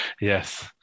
Yes